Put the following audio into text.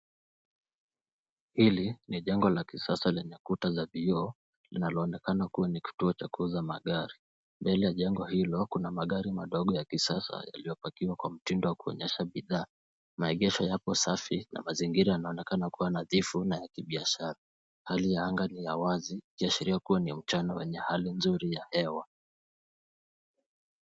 Hili ni jengo la kisasa lenye kuta na vioo linaloonekana kuwa ni kituo cha kuuza magari. Mbele ya jengo hilo kuna magari ya kisasa yaliyopakiwa Kwa mtindo wa kuonyesha bidhaa. Maegesho yapo safi na mazingira yanaonekana kuwa nadhifu na ya kubiashara .Hali ya anga ni ya wazi ikiashiria kuwa ni ya mchana yenye Hali nzuri ya hewa.